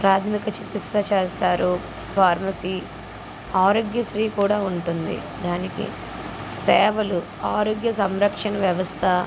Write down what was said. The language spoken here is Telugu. ప్రాథమిక చికిత్స చేస్తారు ఫార్మసీ ఆరోగ్యశ్రీ కూడా ఉంటుంది దానికి సేవలు ఆరోగ్య సంరక్షణ వ్యవస్థ